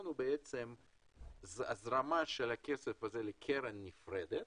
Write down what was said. הוא הזרמה של הכסף הזה לקרן נפרדת